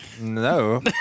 No